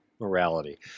morality